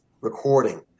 recording